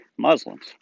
Muslims